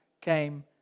came